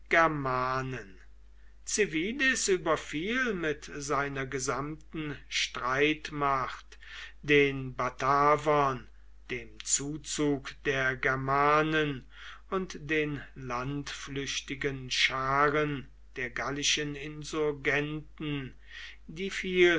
germanen civilis überfiel mit seiner gesamten streitmacht den batavern dem zuzug der germanen und den landflüchtigen scharen der gallischen insurgenten die